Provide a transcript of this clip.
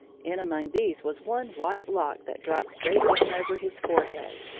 in among these was one white lock that dropped straight down over his forehead.